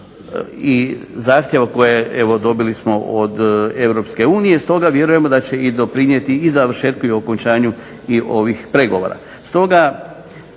zahtjeva koje smo dobili od EU. Stoga vjerujemo da će i doprinijeti i završetku i okončanju i ovih pregovora.